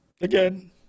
again